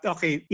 Okay